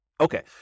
Okay